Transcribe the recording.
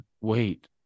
wait